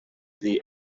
the